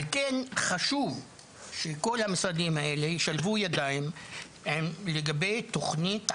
על כל חשוב שכל המשרדים האלה ישלבו ידיים לגבי תוכנית עבודה,